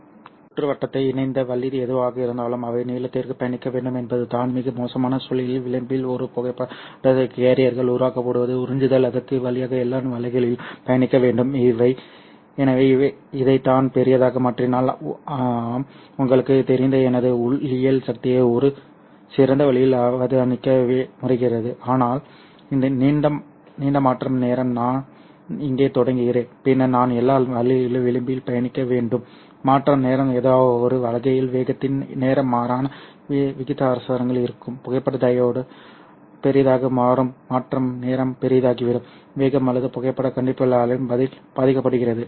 நாங்கள் சுற்றுவட்டத்தை இணைத்த வழி எதுவாக இருந்தாலும் அவை நீளத்திற்கு பயணிக்க வேண்டும் என்பதுதான் மிக மோசமான சூழ்நிலை விளிம்பில் ஒரு புகைப்பட கேரியர்கள் உருவாக்கப்படுவது உறிஞ்சுதல் அடுக்கு வழியாக எல்லா வழிகளிலும் பயணிக்க வேண்டும் எனவே இதை நான் பெரியதாக மாற்றினால் ஆம் உங்களுக்குத் தெரிந்த எனது ஒளியியல் சக்தியை ஒரு சிறந்த வழியில் அவதானிக்க முடிகிறது ஆனால் நீண்ட மாற்றம் நேரம் நான் இங்கே தொடங்குகிறேன் பின்னர் நான் எல்லா வழிகளிலும் விளிம்பில் பயணிக்க வேண்டும் மாற்றம் நேரம் ஏதோவொரு வகையில் வேகத்தின் நேர்மாறான விகிதாசாரத்தில் இருக்கும் புகைப்பட டையோடு பெரியதாக மாறும் மாற்றம் நேரம் பெரிதாகிவிடும் வேகம் அல்லது புகைப்படக் கண்டுபிடிப்பாளரின் பதில் பாதிக்கப்படுகிறது